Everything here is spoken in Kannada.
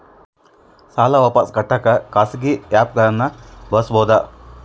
ಸಾಲ ವಾಪಸ್ ಕಟ್ಟಕ ಖಾಸಗಿ ಆ್ಯಪ್ ಗಳನ್ನ ಬಳಸಬಹದಾ?